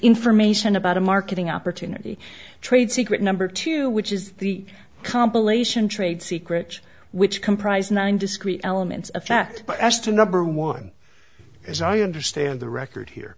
information about a marketing opportunity trade secret number two which is the compilation trade secrets which comprise nine discrete elements of fact i asked a number one as i understand the record here